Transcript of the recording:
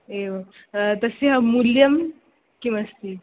एवं तस्य मूल्यं किमस्ति